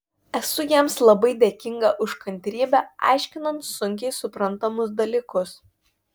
esu jiems labai dėkinga už kantrybę aiškinant sunkiai suprantamus dalykus